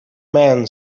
man